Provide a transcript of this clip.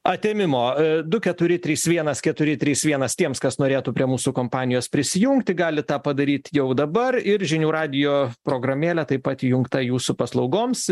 atėmimo du keturi trys vienas keturi trys vienas tiems kas norėtų prie mūsų kompanijos prisijungti gali tą padaryt jau dabar ir žinių radijo programėlė taip pat įjungta jūsų paslaugoms